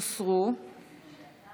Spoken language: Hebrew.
הם לא נמצאים, אז את זה לא.